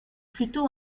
plutôt